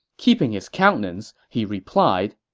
keeping his countenance, he replied,